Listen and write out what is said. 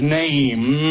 name